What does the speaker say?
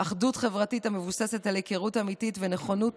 אחדות חברתית המבוססת על היכרות אמיתית ונכונות